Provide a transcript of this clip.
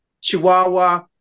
Chihuahua